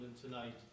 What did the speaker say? tonight